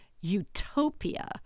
utopia